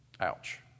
Ouch